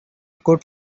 good